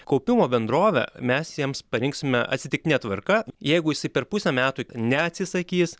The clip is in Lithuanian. kaupimo bendrovę mes jiems parinksime atsitiktine tvarka jeigu jisai per pusę metų neatsisakys